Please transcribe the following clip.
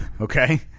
Okay